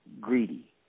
greedy